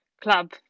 club